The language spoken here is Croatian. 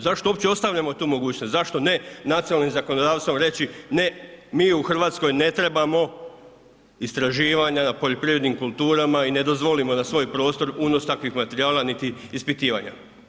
Zašto uopće ostavljamo tu mogućnost, zašto ne nacionalnim zakonodavstvom reći ne, mi u Hrvatskoj ne trebamo istraživanja na poljoprivrednim kulturama i ne dozvolimo na svoj prostor unos takvih materijala niti ispitivanja?